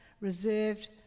reserved